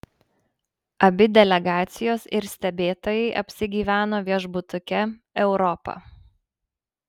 abi delegacijos ir stebėtojai apsigyveno viešbutuke europa